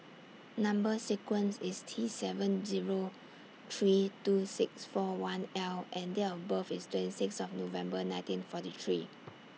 Number sequence IS T seven Zero three two six four one L and Date of birth IS twenty six of November nineteen forty three